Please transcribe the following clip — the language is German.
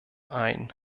ein